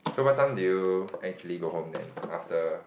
so what time do you actually go home then after